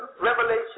Revelation